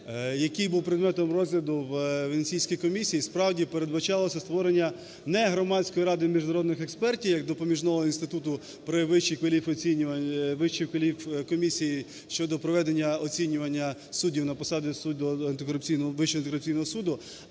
який був предметом розгляду в Венеційській комісії, справді, передбачалося створення не Громадської ради міжнародних експертів як допоміжного інституту при Вищій кваліфікаційній… Вищій кваліфкомісії щодо проведення оцінювання суддів на посади суддів Вищого антикорупційного суду,